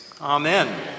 Amen